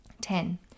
Ten